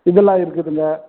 இதெல்லாம் இருக்குதுங்க